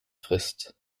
frisst